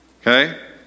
Okay